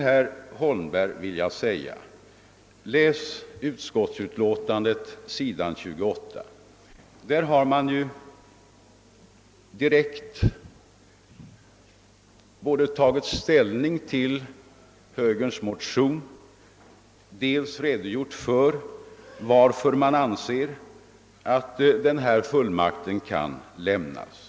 Herr Holmberg vill jag be läsa s. 28 i utskottsutlåtandet. Där har det dels direkt tagits ställning till moderata samlingspartiets motion, dels redogjorts för varför den här fullmakten kan lämnas.